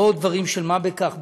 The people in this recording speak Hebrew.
לא דברים של מה בכך,